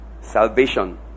Salvation